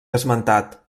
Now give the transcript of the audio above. esmentat